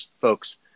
folks